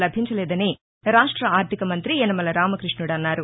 లభించలేదని రాష్ట ఆర్థిక మంగ్రి యనమల రామకృష్ణుడు అన్నారు